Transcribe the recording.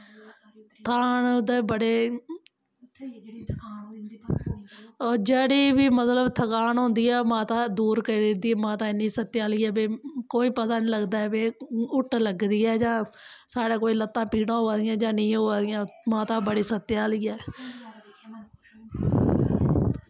तां ते बड़े जेह्ड़ी बी थकान होंदी ऐ माता दूर करी दिंदी ऐ इन्नी शक्ती आह्ली ऐ कोी पता नी लगदा ऐ कि हुट्टन लग्गे दा ऐ दां साढ़ै कोई लत्तैं पीढ़ां होआ दियां जां नेंई होआ दियां माता बड़ा शक्ती आह्ली ऐ